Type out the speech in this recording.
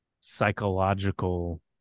psychological